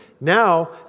Now